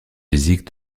physiques